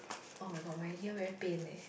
oh-my-god my ear very pain leh